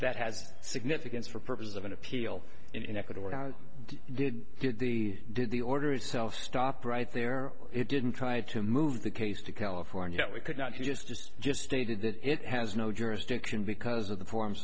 that has significance for purposes of an appeal in ecuador did did the did the order itself stop right there or it didn't try to move the case to california we could not just just stated that it has no jurisdiction because of the for